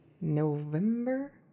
November